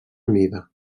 mida